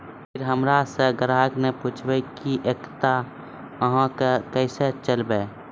फिर हमारा से ग्राहक ने पुछेब की एकता अहाँ के केसे चलबै?